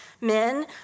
men